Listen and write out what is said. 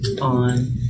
on